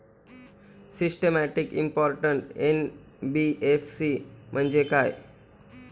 Systematically important NBFC म्हणजे काय?